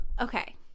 Okay